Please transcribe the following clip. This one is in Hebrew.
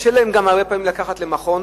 הרבה פעמים גם קשה להם לקחת רכב למכון,